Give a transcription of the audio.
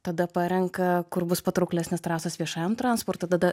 tada parenka kur bus patrauklesnės trasos viešajam transportui tada